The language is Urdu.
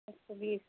ایک سو بیس